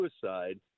suicide